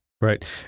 Right